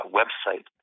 website